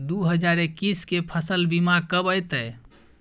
दु हजार एक्कीस के फसल बीमा कब अयतै?